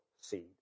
seed